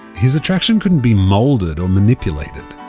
his attraction couldn't be moulded or manipulated.